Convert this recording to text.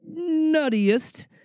nuttiest